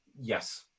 Yes